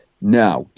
now